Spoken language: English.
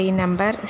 number